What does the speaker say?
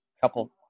couple